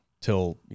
till